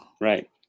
right